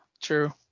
true